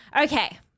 Okay